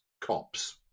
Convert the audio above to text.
cops